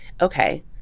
okay